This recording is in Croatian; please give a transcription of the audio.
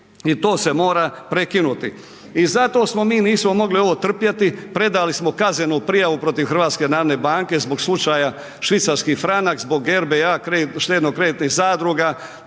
i to se mora prekinuti i zato smo mi, nismo mogli ovo trpjeti, predali smo kaznenu prijavu protiv HNB-a zbog slučaja švicarski Franak, zbog RBA Štedno kreditnih zadruga,